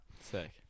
Sick